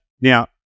Now